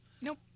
Nope